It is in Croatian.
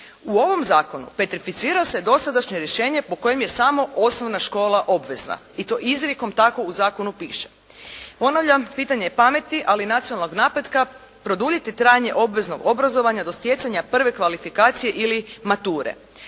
U ovom zakonu petrificira se dosadašnje rješenje po kojem je samo osnovna škola obvezna i to izrijekom tako u zakonu piše. Ponavljam, pitanje je pameti, ali i nacionalnog napretka produljiti trajanje obveznog obrazovanja do stjecanja prve kvalifikacije ili mature.